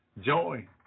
joy